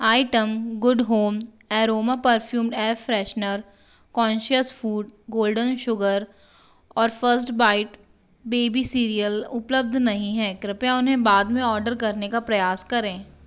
item Good Home aroma perfumed air freshener Conscious Food golden sugar और First Bite baby cereal उपलब्ध नहीं हैं कृपया उन्हें बाद में ऑर्डर करने का प्रयास करें